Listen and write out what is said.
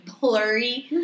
blurry